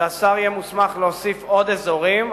השר יהיה מוסמך להוסיף עוד אזורים,